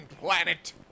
planet